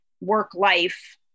work-life